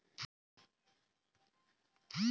दुबारा पहिचान पाती बेंक कर खाता कर जांच करे बर मांगल जाथे